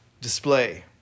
display